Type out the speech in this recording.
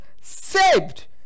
saved